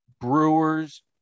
Brewers